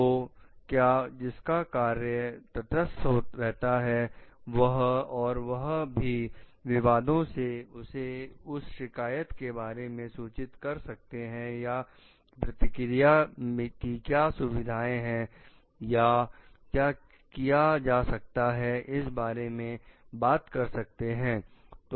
तो क्या जिसका कार्य तटस्थ रहना है और वह भी विवादों से उसे आप शिकायत के बारे में सूचित कर सकते हैं या प्रतिक्रिया की क्या सुविधाएं हैं या क्या किया जा सकता है इस बारे में बात कर सकते हैं